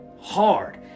hard